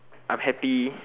I'm happy